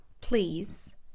please